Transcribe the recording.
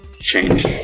change